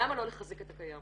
למה לא לחזק את הקיים.